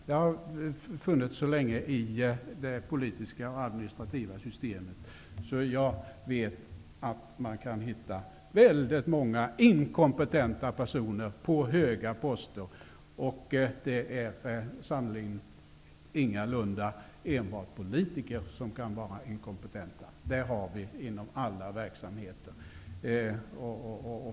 Jag har rört mig så länge i det politiska och administrativa systemet att jag vet att man kan hitta väldigt många inkompetenta personer på höga poster. Det är sannerligen ingalunda enbart politiker som kan vara inkompetenta. Det förekommer inom alla verksamheter.